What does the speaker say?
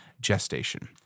Gestation